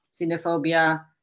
xenophobia